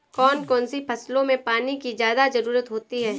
कौन कौन सी फसलों में पानी की ज्यादा ज़रुरत होती है?